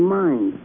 mind